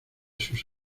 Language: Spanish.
sus